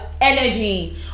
energy